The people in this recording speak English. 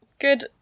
good